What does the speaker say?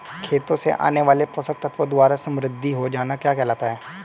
खेतों से आने वाले पोषक तत्वों द्वारा समृद्धि हो जाना क्या कहलाता है?